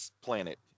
planet